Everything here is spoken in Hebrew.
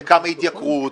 בכמה התייקרות,